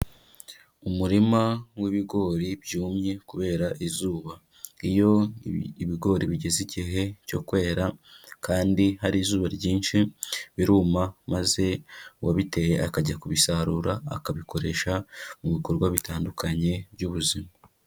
Umurima wibigori byumye kubera izuba, iyo ibigori bigeze igihe cyo kwera kandi hari izuba ryinci biruma maze uwabiteye akajya kubisarura akabikoresha mu bikorwa bitandukanye by'buzima.